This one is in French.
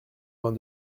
vingt